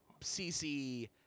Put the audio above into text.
CC